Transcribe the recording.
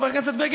חבר הכנסת בגין,